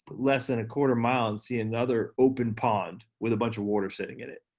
less than a quarter mile and see another open pond with a bunch of water sitting in it.